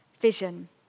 vision